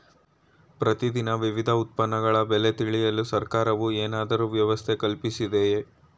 ಪ್ರತಿ ದಿನ ವಿವಿಧ ಉತ್ಪನ್ನಗಳ ಬೆಲೆ ತಿಳಿಯಲು ಸರ್ಕಾರವು ಏನಾದರೂ ವ್ಯವಸ್ಥೆ ಕಲ್ಪಿಸಿದೆಯೇ?